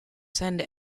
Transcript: send